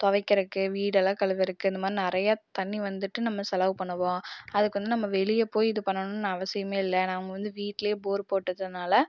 துவைக்கிறக்கு வீடெல்லாம் கழுவறதுக்கு இந்தமாதிரி நிறையா தண்ணி வந்துட்டு நம்ம செலவு பண்ணுவோம் அதுக்கு வந்து நம்ம வெளியே போய் இது பண்ணனும்னு அவசியமே இல்லை நம்ம வந்து வீட்டிலே போர் போட்டதனால